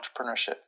entrepreneurship